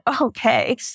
okay